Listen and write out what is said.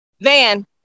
van